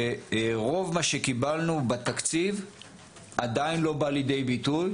שרוב מה שקיבלנו בתקציב עדיין לא בא לידי ביטוי,